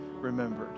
remembered